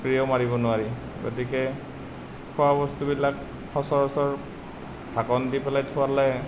স্প্ৰেও মাৰিব নোৱাৰি গতিকে খোৱা বস্তুবিলাক সচৰাচৰ ঢাকন দি পেলাই থ'লে